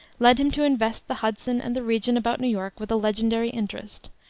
led him to invest the hudson and the region about new york with a legendary interest,